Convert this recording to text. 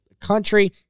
country